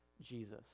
Jesus